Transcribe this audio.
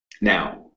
Now